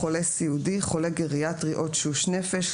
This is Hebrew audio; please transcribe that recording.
"חולה סיעודי - חולה גריאטרי או תשוש נפש,